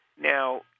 Now